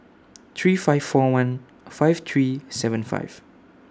three five four one five three seven five